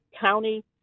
county